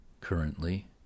Currently